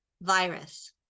virus